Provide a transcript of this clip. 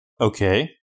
Okay